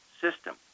system